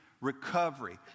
recovery